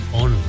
on